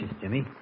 Jimmy